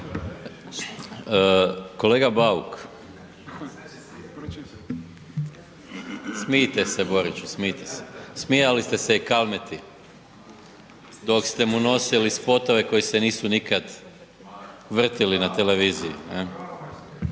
Kolega Bauk. Smijte se Boriću, smijte se, smijali ste se i Kalmeti dok ste mu nosili spotove koji se nisu nikad vrtili na televiziji,